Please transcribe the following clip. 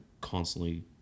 constantly